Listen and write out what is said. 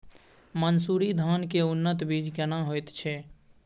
मन्सूरी धान के उन्नत बीज केना होयत छै?